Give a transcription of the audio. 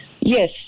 Yes